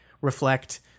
reflect